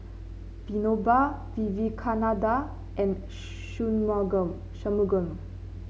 Vinoba Vivekananda and Shunmugam Shunmugam